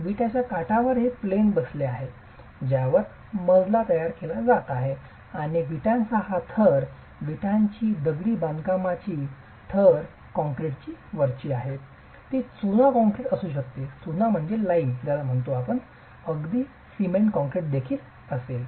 विटाच्या काठावर हे प्लेन बसले आहे ज्यावर मजला तयार केला जात आहे आणि विटांचा हा थर विटांची दगडी बांधकामची थर कॉंक्रिटने वरची आहे ती चुना काँक्रीट असू शकते अगदी सिमेंट काँक्रीट देखील असेल